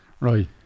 right